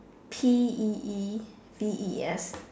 P E E V E S